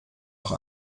auch